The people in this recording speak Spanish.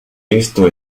esto